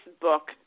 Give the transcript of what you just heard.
book